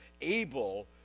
able